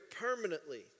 permanently